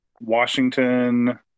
Washington